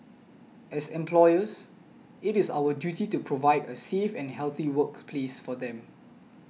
as employers it is our duty to provide a safe and healthy workplace for them